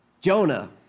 Jonah